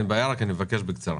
אין בעיה, רק אני מבקש בקצרה.